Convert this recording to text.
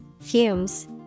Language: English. Fumes